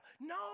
No